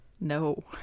no